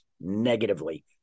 negatively